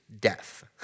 death